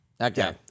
Okay